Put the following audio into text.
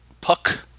Puck